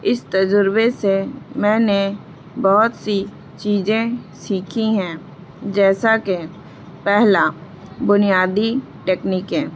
اس تجربے سے میں نے بہت سی چیجیں سیکھی ہیں جیسا کہ پہلا بنیادی ٹیکنیکیں